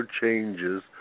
changes